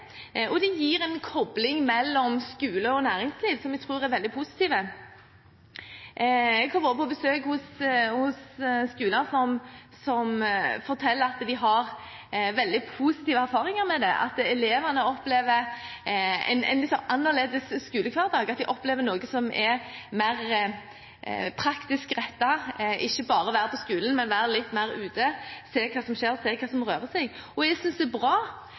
veldig positivt. Jeg har vært på besøk på skoler som forteller at de har veldig positive erfaringer med det, at elevene opplever en annerledes skolehverdag, at de opplever noe som er mer praktisk rettet – å ikke bare være på skolen, men være litt mer ute og se hva som skjer, se hva som rører seg. Og jeg synes det er bra